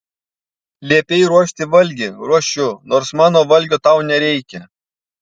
liepei ruošti valgį ruošiu nors mano valgio tau nereikia